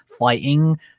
Fighting